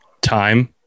Time